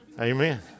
Amen